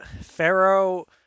Pharaoh